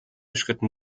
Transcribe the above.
schritten